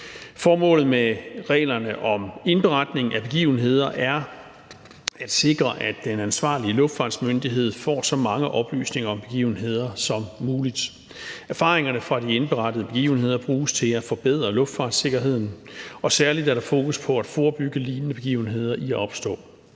Formålet med reglerne om indberetning af begivenheder er at sikre, at den ansvarlige luftfartsmyndighed får så mange oplysninger om begivenheder som muligt. Erfaringerne fra de indberettede begivenheder bruges til at forbedre luftfartssikkerheden, og særlig er der fokus på at forebygge lignende begivenheder i at opstå.